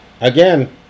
again